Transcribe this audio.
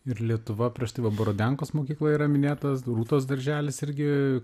ir lietuva prieš tai buvo borodenkos mokykla yra minėtas rūtos darželis irgi